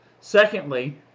Secondly